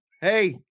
Hey